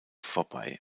vorbei